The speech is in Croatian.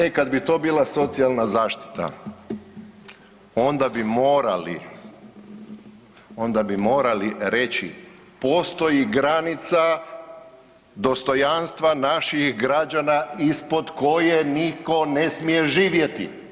E, kad bi to bila socijalna zaštita onda bi morali, onda bi morali reći postoji granica dostojanstva naših građana ispod koje nitko ne smije živjeti.